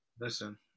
Listen